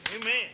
amen